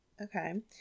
Okay